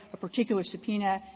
a particular subpoena,